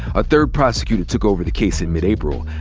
a third prosecutor took over the case in mid-april,